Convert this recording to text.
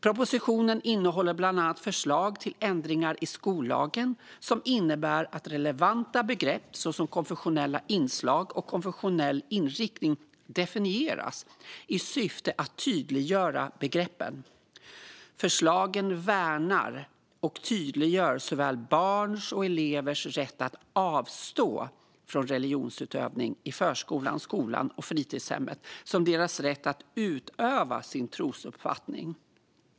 Propositionen innehåller bland annat förslag till ändringar i skollagen som innebär att relevanta begrepp såsom konfessionella inslag och konfessionell inriktning definieras, i syfte att tydliggöra begreppen. Förslagen värnar och tydliggör såväl barns och elevers rätt att avstå från religionsutövning i förskolan, skolan och fritidshemmet som deras rätt att utöva sin trosuppfattning.